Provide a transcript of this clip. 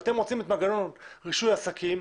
אתם רוצים את מנגנון רישוי עסקים,